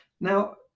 now